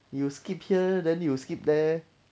you skip here then you skip there